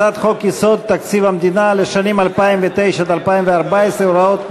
הצעת חוק-יסוד: תקציב המדינה לשנים 2009 עד 2014 (הוראות מיוחדות)